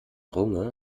runge